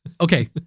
okay